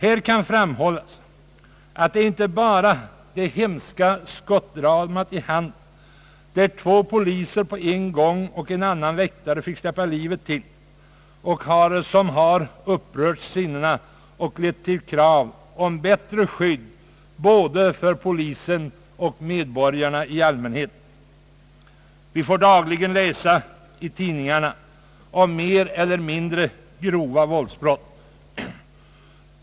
Här skall framhållas att det inte bara är det hemska skottdramat i Handen, där två poliser och en väktare på en gång fick släppa livet till, som har upprört sinnena och lett till krav på bättre skydd både för polisen och medborgarna i allmänhet. Vi får ju dagligen läsa i tidningarna om mer eller mindre grova våldsbrott.